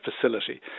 facility